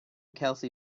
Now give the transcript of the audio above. kelsey